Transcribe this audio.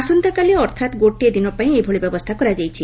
ଆସନ୍ତାକାଲି ଅର୍ଥାତ୍ ଗୋଟିଏ ଦିନ ପାଇଁ ଏଭଳି ବ୍ୟବସ୍ତ୍ରା କରାଯାଇଛି